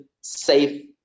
safe